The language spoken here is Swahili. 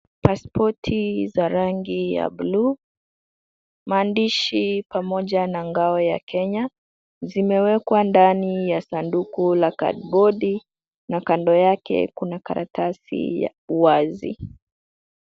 Pasipoti za rangi ya bluu, maandishi pamoja na ngao ya Kenya, zimewekwa ndani ya sanduku la kadibodi na kando yake kuna karatasi ya uwazi.